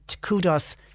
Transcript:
kudos